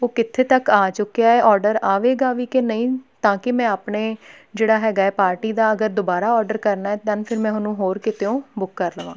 ਉਹ ਕਿੱਥੇ ਤੱਕ ਆ ਚੁੱਕਿਆ ਹੈ ਔਡਰ ਆਵੇਗਾ ਵੀ ਕਿ ਨਹੀਂ ਤਾਂ ਕਿ ਮੈਂ ਆਪਣੇ ਜਿਹੜਾ ਹੈਗਾ ਪਾਰਟੀ ਦਾ ਅਗਰ ਦੁਬਾਰਾ ਔਡਰ ਕਰਨਾ ਦੈੱਨ ਫਿਰ ਮੈਂ ਉਹਨੂੰ ਹੋਰ ਕਿਤਿਓਂ ਬੁੱਕ ਕਰ ਲਵਾਂ